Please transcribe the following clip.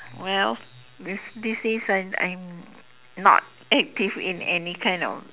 well these these days I I'm not active in any kind of